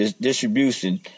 distribution